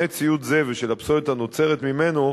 התשע"ב 2012,